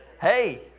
Hey